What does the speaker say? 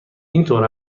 اینطور